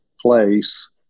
place